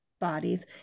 bodies